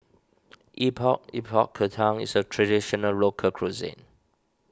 Epok Epok Kentang is a Traditional Local Cuisine